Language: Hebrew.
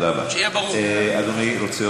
אז אני אתקן.